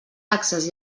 taxes